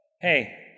hey